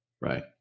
Right